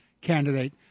candidate